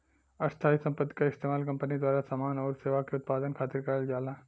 स्थायी संपत्ति क इस्तेमाल कंपनी द्वारा समान आउर सेवा के उत्पादन खातिर करल जाला